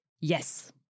yes